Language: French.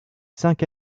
cinq